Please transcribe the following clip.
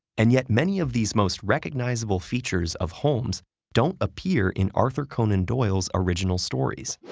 and yet many of these most recognizable features of holmes don't appear in arthur conan doyle's original stories.